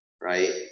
right